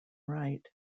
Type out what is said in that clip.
right